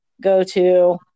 go-to